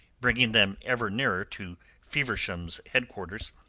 bringing them ever nearer to feversham's headquarters,